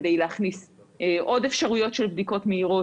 כדי להכניס עוד אפשרויות של בדיקות מהירות.